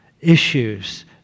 Issues